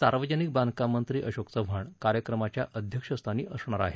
सार्वजनिक बांधकाममंत्री अशोक चव्हाण कार्यक्रमाच्या अध्यक्षस्थानी आहेत